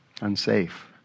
Unsafe